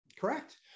Correct